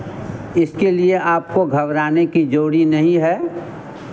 इसके लिए आपको घबराने की ज़रूरी नहीं है